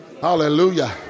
hallelujah